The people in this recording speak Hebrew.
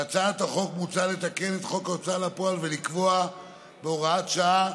בהצעת החוק מוצע לתקן את חוק ההוצאה לפועל ולקבוע בהוראת שעה